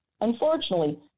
Unfortunately